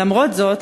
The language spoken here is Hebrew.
למרות זאת,